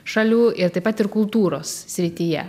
šalių ir taip pat ir kultūros srityje